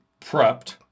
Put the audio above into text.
prepped